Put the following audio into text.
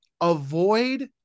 avoid